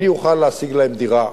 אני אוכל להשיג להם דירה,